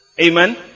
Amen